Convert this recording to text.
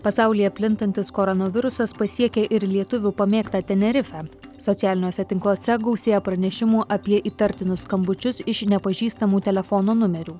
pasaulyje plintantis koronavirusas pasiekė ir lietuvių pamėgtą tenerifę socialiniuose tinkluose gausėja pranešimų apie įtartinus skambučius iš nepažįstamų telefono numerių